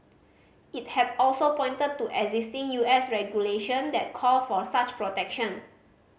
it had also pointed to existing U S regulation that call for such protection